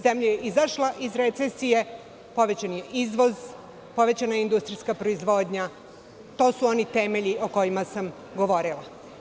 Zemlja je izašla iz recesije, povećan je izvoz, povećana je industrijska proizvodnja i to su oni temelji o kojima sam govorila.